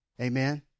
Amen